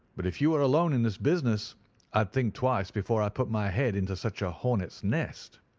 but if you were alone in this business i'd think twice before i put my head into such a hornet's nest.